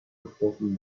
important